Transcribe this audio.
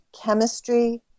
chemistry